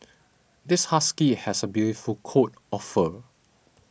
this husky has a beautiful coat of fur